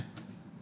terus senyap eh